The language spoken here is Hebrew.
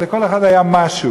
לכל אחד היה משהו,